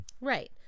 right